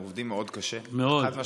הם עובדים מאוד קשה, חד-משמעית.